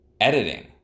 editing